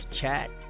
chat